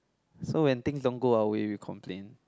so when things don't go well we we complain